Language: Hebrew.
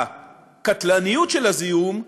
מבחינת הקטלניות של הזיהום.